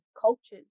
cultures